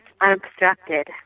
unobstructed